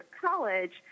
college